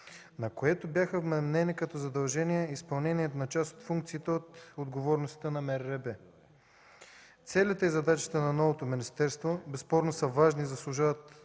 на което бяха вменени като задължение изпълнение на част от функциите от отговорностите на МРРБ. Целите и задачите на новото министерство безспорно са важни и заслужават